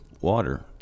water